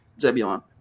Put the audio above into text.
Zebulon